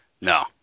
no